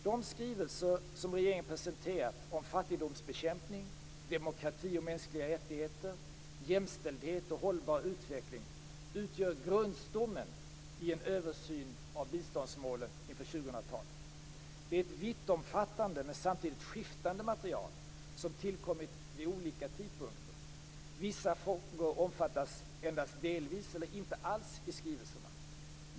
De skrivelser som regeringen presenterat om fattigdomsbekämpning, demokrati och mänskliga rättigheter samt jämställdhet och hållbar utveckling utgör grundstommen i en översyn av biståndsmålen inför 2000-talet. Det är ett vittomfattande men samtidigt skiftande material, som tillkommit vid olika tidpunkter. Vissa frågor omfattas endast delvis eller inte alls i skrivelserna.